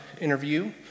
interview